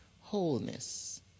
wholeness